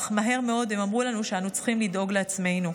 אך מהר מאוד הם אמרו לנו שאנו צריכים לדאוג לעצמנו.